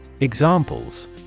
Examples